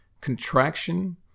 contraction